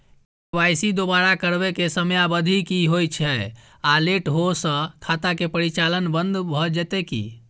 KYC दोबारा करबै के समयावधि की होय छै आ लेट होय स खाता के परिचालन बन्द भ जेतै की?